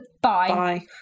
bye